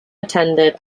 attended